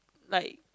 like